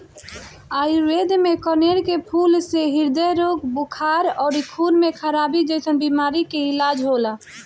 आयुर्वेद में कनेर के फूल से ह्रदय रोग, बुखार अउरी खून में खराबी जइसन बीमारी के इलाज होला